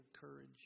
courage